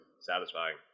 satisfying